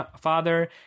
father